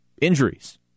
Injuries